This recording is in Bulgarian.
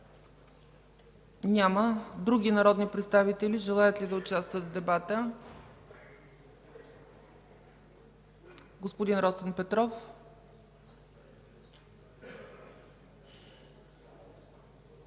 Няма. Други народни представители желаят ли да участват в дебата? Господин Росен Петров.